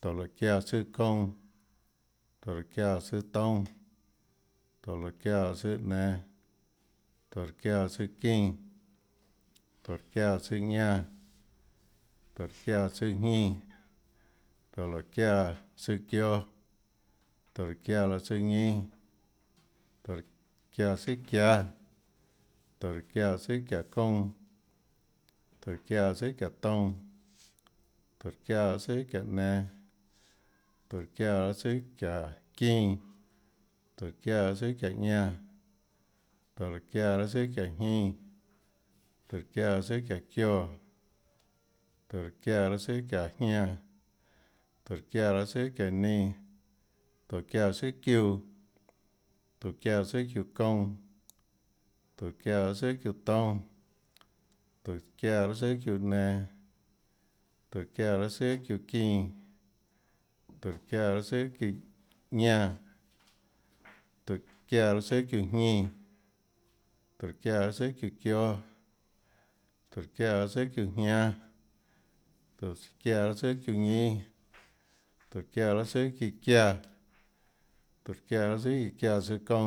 Tóhå loè çiáã tsùâ kounã, tóhå loè çiáã tsùâ toúnâ, tóhå loè çiáã tsùâ nenå, tóhå çiáã tsùâ çínã, tóhå çiáã tsùâ ñánã, tóhå çiáã tsùâ jñínã, tóhå loè çiáã tsùâ çióâ, tóhå çiáã tsùâ ñínâ, tóhå çiáã tsùà çiáâ, tóhå çiáã tsùà çiáâ kounã, tóhå çiáã tsùà çiáâtoúnâ, tóhå çiáã tsùà çiáânenå, tóhå çiáã tsùà çiáâ çínã, tóhå çiáã tsùà çiáâ ñánã, tóhå çiáã tsùà çiáâjñínã, tóhå çiáã tsùà çiáâ çióâ, tóhå çiáã tsùà çiáâjñánâ, tóhå çiáã tsùà çiáâñínâ, tóhå çiáã tsùàçiúã, tóhå çiáã tsùàçiúãkounã, tóhå çiáã tsùàçiúãtoúnâ, tóhå çiáã raâ tsùàçiúãnenå, tóhå çiáã raâ tsùàçiúãçínã, tóhå çiáã raâ tsùàçiúã ñánã, tóhå çiáã raâ tsùàçiúãjñínã, tóhå çiáã ra tsùàçiúã çióâ, tóhå çiáã raâ tsùàçiúãjñánâ, tóhås çiáã aâ tsùàçiúãñínâ, tóhå çiáã raâ tsùà çiã çiáã, tóhå çiáã raâ tsùà çiã çiáã tsùâ çounã,